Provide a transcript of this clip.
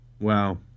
Wow